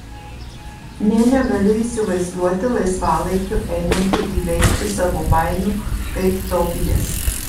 nė negaliu įsivaizduoti laisvalaikiu einanti įveikti savo baimių kaip tobijas